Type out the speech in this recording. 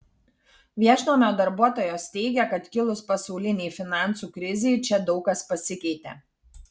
viešnamio darbuotojos teigia kad kilus pasaulinei finansų krizei čia daug kas pasikeitė